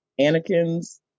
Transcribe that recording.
Anakin's